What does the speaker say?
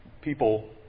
people